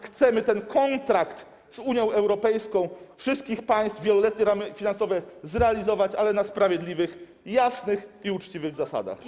Chcemy ten kontrakt z Unią Europejską, unią wszystkich państw, wieloletnie ramy finansowe zrealizować, ale na sprawiedliwych, jasnych i uczciwych zasadach.